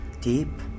Deep